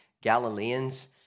Galileans